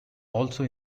also